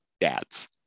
dads